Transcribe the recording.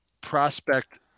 prospect